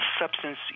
substance